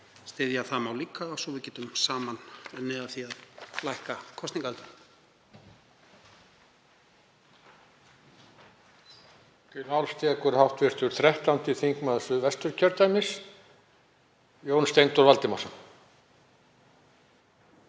styðja það mál líka svo við getum saman unnið að því að lækka kosningaaldurinn.